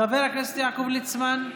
חבר הכנסת יעקב ליצמן,